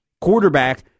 quarterback